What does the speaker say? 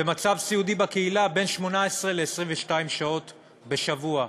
במצב סיעודי בקהילה, 18 22 שעות בשבוע.